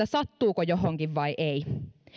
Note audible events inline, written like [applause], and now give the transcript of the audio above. [unintelligible] sattuuko johonkin vai ei